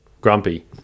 Grumpy